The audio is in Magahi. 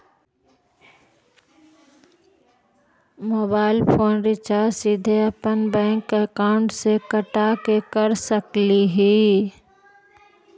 मोबाईल फोन रिचार्ज सीधे अपन बैंक अकाउंट से कटा के कर सकली ही?